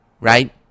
...right